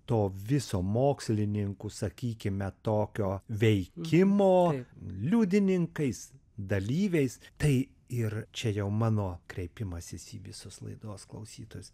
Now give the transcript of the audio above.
to viso mokslininkų sakykime tokio veikimo liudininkais dalyviais tai ir čia jau mano kreipimasis į visus laidos klausytojus